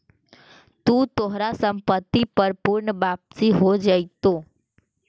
तू तोहार संपत्ति पर पूर्ण वापसी हो जाएतो